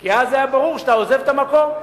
כי אז זה היה ברור שאתה עוזב את המקום.